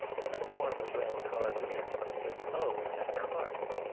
and the former well carpeted but oh! that carpet!